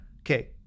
Okay